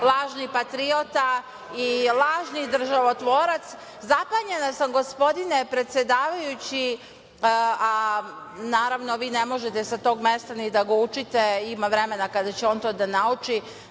lažni patriota i lažni državotvorac. Zapanjena sam, gospodine predsedavajući, naravno, vi ne možete sa tog mesta ni da ga učite, ima vremena kada će on to da nauči,